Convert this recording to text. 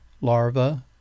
larva